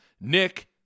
Nick